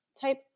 type